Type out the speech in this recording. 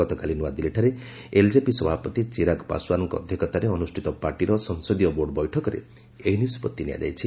ଗତକାଲି ନ୍ରଆଦିଲ୍ଲୀଠାରେ ଏଲଜେପି ସଭାପତି ଚିରାଗ ପାଶ୍ୱାନଙ୍କ ଅଧ୍ୟକ୍ଷତାରେ ଅନୁଷ୍ଠିତ ପାର୍ଟିର ସଂସଦୀୟ ବୋର୍ଡ ବୈଠକରେ ଏହି ନିଷ୍ପଭି ନିଆଯାଇଛି